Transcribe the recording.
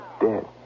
dead